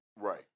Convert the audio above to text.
Right